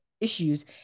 issues